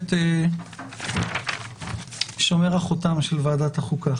הכנסת שומר החותם של ועדת החוקה,